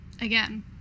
Again